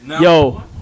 Yo